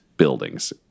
buildings